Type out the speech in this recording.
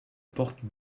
porte